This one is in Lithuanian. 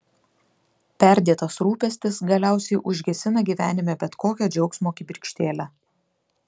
perdėtas rūpestis galiausiai užgesina gyvenime bet kokią džiaugsmo kibirkštėlę